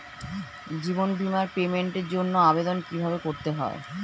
জীবন বীমার পেমেন্টের জন্য আবেদন কিভাবে করতে হয়?